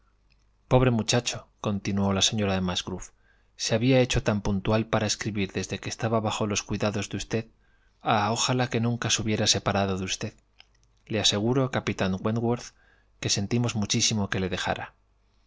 pobre muchacho continuó la señora de musgrove se había hecho tan puntual para escribir desde que estaba bajo los cuidados de usted ah ojalá que nunca se hubiera separado de usted le aseguro capitán wentworth que sentimos muchísimo que le dejara